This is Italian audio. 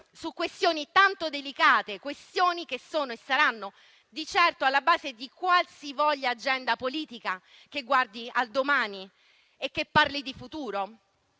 su questioni tanto delicate, questioni che sono e saranno di certo alla base di qualsivoglia agenda politica che guardi al domani e che parli di futuro?